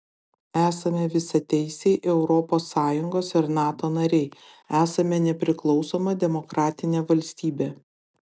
esame visateisiai europos sąjungos ir nato nariai esame nepriklausoma demokratinė valstybė